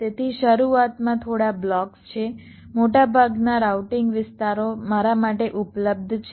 તેથી શરૂઆતમાં થોડા બ્લોક્સ છે મોટાભાગના રાઉટિંગ વિસ્તારો મારા માટે ઉપલબ્ધ છે